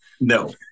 No